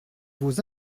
vos